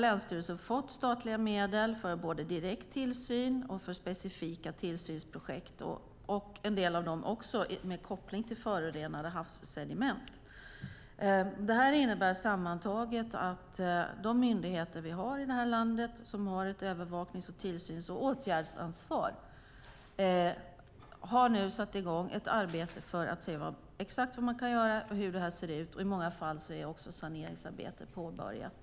Länsstyrelsen har fått statliga medel för både direkt tillsyn och specifika tillsynsprojekt, och en del av dem har också koppling till förorenade havssediment. Det här innebär sammantaget att de myndigheter som vi har i det här landet som har ett övervaknings-, tillsyns och åtgärdsansvar nu har satt i gång ett arbete för att se exakt vad man kan göra och hur det här ser ut. I många fall är också ett saneringsarbete påbörjat.